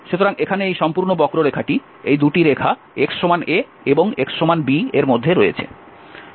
সুতরাং এখানে এই সম্পূর্ণ বক্ররেখাটি এই 2 টি রেখা x a এবং x b এর মধ্যে রয়েছে